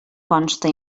consta